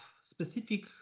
specific